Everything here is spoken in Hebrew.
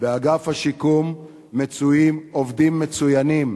באגף השיקום מצויים עובדים מצוינים,